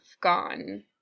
gone